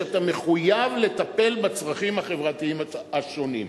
שאתה "מחויב לטפל בצרכים החברתיים השונים".